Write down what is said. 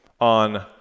on